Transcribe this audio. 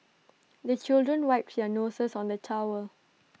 the children wipe their noses on the towel